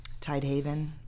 Tidehaven